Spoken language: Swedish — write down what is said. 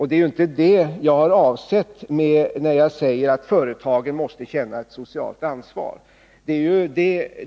Det är inte detta jag avsett när jag sagt att företagen måste känna ett socialt ansvar.